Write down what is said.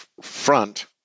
front